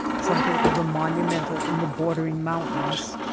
something of the monumental in the bordering mountains,